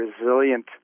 resilient